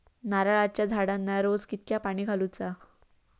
नारळाचा झाडांना रोज कितक्या पाणी घालुचा?